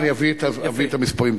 אביא גם את המספרים.